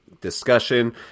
discussion